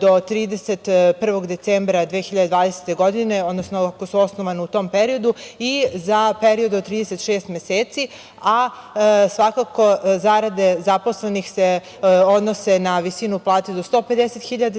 do 31. decembra 2020. godine, odnosno ako su osnovana u tom periodu i za period od 36 meseci, a svakako zarade zaposlenih se odnose na visinu plate do 150.000 dinara,